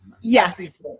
Yes